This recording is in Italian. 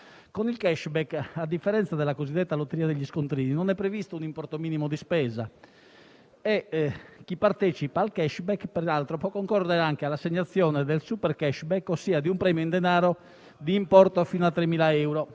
di 15 euro. A differenza della cosiddetta Lotteria degli scontrini, per il *cashback* non è previsto un importo minimo di spesa e chi partecipa al programma, peraltro, può concorrere anche all'assegnazione del super *cashback,* ossia di un premio in denaro, di importo fino a 3.000 euro,